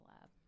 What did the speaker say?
lab